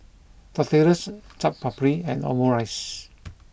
tortillas Chaat Papri and Omurice